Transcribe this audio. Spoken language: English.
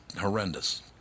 horrendous